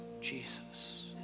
Jesus